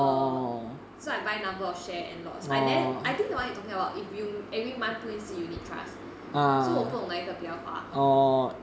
err so I buy number of shares and lots I never I think the one you talking about if you every month you put think 是 unit trust so 我不懂哪一个比较划